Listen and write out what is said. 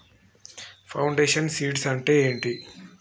Foundation seeds అంటే ఏంటి?